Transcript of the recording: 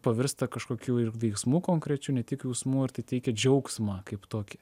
pavirsta kažkokiu ir veiksmu konkrečiu ne tik jausmu ir tai teikia džiaugsmą kaip tokį